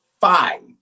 five